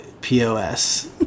POS